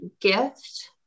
gift